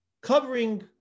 covering